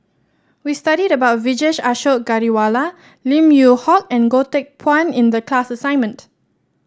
we studied about Vijesh Ashok Ghariwala Lim Yew Hock and Goh Teck Phuan in the class assignment